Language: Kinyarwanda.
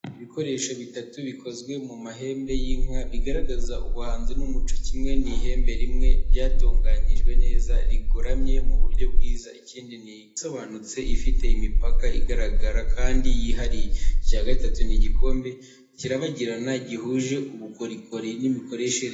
Ibikoresho bitatu bikozwe mu mahembe y’inka bigaragaza ubuhanzi n’umuco. Kimwe ni ihembe rimwe ryatunganyijwe neza, rigoramye mu buryo bwiza. Ikindi ni ikarita y’Afurika isobanutse, ifite imipaka igaragara kandi yihariye. Icya gatatu ni igikombe, kirabagirana, gihuje ubukorikori n’imikoreshereze.